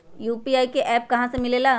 UPI का app कहा से मिलेला?